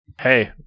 hey